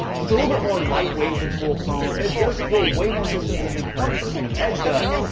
it's it's a little bit more light weight then full chrome, and it does support way more systems then the current version of edge does.